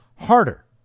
harder